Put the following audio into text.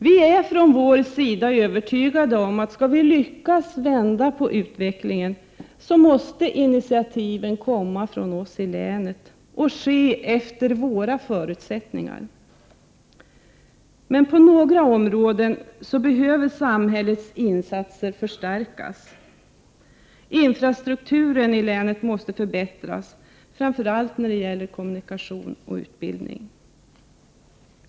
Vi är från vår sida övertygade om att om vi skall lyckas vända på utvecklingen måste initiativen komma från oss i länet och genomföras efter våra förutsättningar. Men på några områden behöver samhällets insatser förstärkas. Infrastrukturen i länet måste förbättras, framför allt när det gäller kommunikation och utbildning.